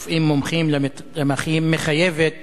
רופאים מומחים, למתמחים מחייבות